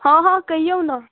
हॅं हॅं कहियौ ने